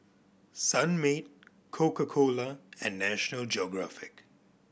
Sunmaid Coca Cola and National Geographic